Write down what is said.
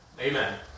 Amen